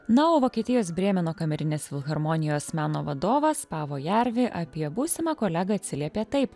na o vokietijos brėmeno kamerinės filharmonijos meno vadovas pavo jarvi apie būsimą kolegą atsiliepė taip